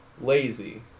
lazy